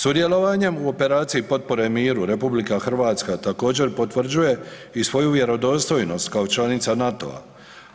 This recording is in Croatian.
Sudjelovanjem u operaciji potpore miru RH također potvrđuje i svoju vjerodostojnost kao članica NATO-a.